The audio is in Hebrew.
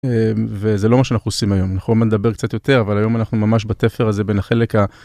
וזה לא מה שאנחנו עושים היום אנחנו נדבר קצת יותר אבל היום אנחנו ממש בתפר הזה בין החלק.